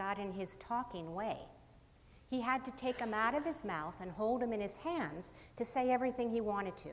god in his talking way he had to take them out of his mouth and hold them in his hands to say everything he wanted to